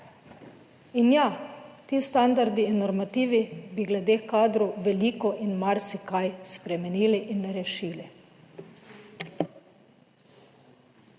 in ja, ti standardi in normativi bi glede kadrov veliko in marsikaj spremenili in rešili.